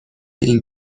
این